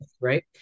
right